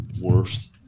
worst